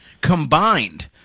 Combined